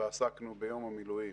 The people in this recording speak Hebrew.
ועסקנו ביום המילואים